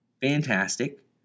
fantastic